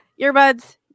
earbuds